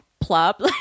plop